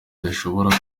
zidashobora